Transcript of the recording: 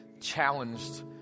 challenged